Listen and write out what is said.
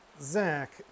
Zach